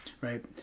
right